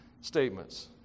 statements